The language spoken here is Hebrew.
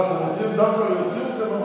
מה, אתם עושים דווקא שאני אוציא אתכם?